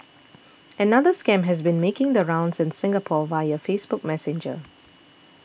another scam has been making the rounds in Singapore via Facebook Messenger